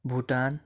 Bhutan